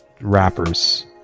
rappers